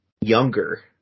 younger